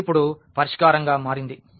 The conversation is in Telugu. ఇది ఇప్పుడు పరిష్కారంగా మారింది